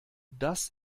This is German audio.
das